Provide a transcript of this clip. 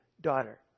daughter